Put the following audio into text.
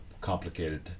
complicated